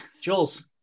jules